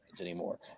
Anymore